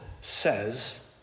says